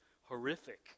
horrific